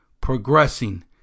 progressing